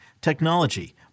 technology